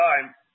time